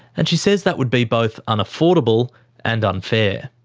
and she says that would be both unaffordable and unfair.